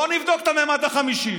לא נבדוק את הממד החמישי.